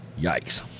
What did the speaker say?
yikes